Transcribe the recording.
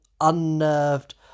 unnerved